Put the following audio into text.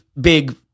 big